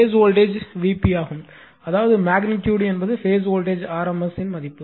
base voltage Vp ஆகும் அதாவது magnitude என்பது பேஸ் வோல்டேஜ் rms மதிப்பு